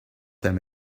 them